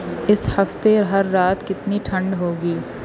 اس ہفتے ہر رات کتنی ٹھنڈ ہوگی